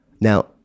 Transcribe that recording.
Now